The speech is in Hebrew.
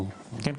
כן,